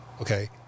okay